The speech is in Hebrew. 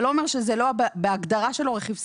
זה לא אומר שזה לא בהגדרה שלו רכיב שכר.